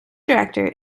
director